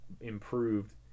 improved